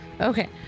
Okay